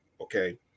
okay